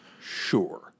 Sure